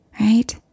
right